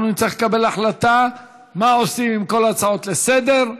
אנחנו נצטרך לקבל החלטה מה עושים עם כל ההצעות לסדר-היום.